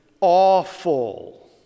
awful